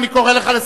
הוא לא הצביע עבורך,